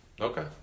Okay